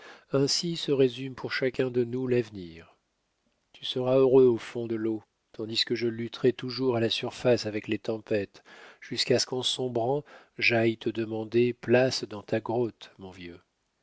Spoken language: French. ainsi se résume pour chacun de nous l'avenir tu seras heureux au fond de l'eau tandis que je lutterai toujours à la surface avec les tempêtes jusqu'à ce qu'en sombrant j'aille te demander place dans ta grotte mon vieux